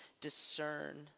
discern